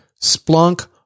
Splunk